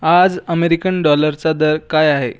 आज अमेरिकन डॉलरचा दर काय आहे